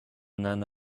none